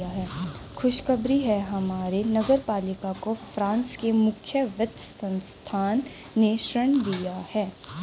खुशखबरी है हमारे नगर पालिका को फ्रांस के मुख्य वित्त संस्थान ने ऋण दिया है